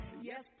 Yes